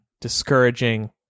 discouraging